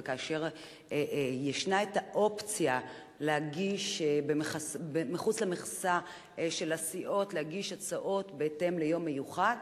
וכאשר ישנה האופציה להגיש מחוץ למכסה של הסיעות הצעות בהתאם ליום מיוחד,